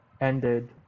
ended